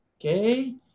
Okay